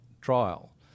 trial